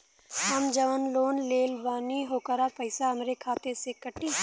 हम जवन लोन लेले बानी होकर पैसा हमरे खाते से कटी?